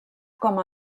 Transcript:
com